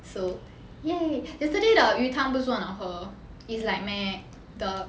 so !yay! yesterday the 鱼汤不是说很好喝 is like meh the